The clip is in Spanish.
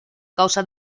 causa